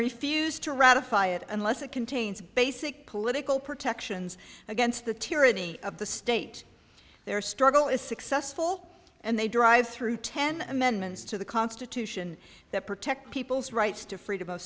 refuse to ratify it unless it contains basic political protections against the tyranny of the state their struggle is successful and they drive through ten amendments to the constitution that protect people's rights to freedom of